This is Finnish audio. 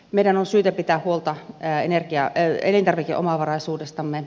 meidän on syytä pitää huolta elintarvikeomavaraisuudestamme